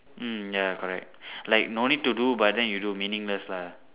mm ya correct like no need to do but then you do meaningless lah